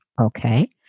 Okay